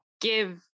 give